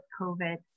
COVID